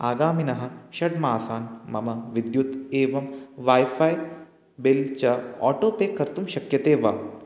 आगामिनः षड्मासान् मम विद्युत् एवं वैफ़ै बिल् च आटो पे कर्तुं शक्यते वा